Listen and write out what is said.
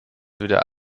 wieder